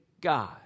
God